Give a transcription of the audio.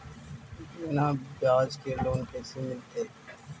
बिना ब्याज के लोन कैसे मिलतै?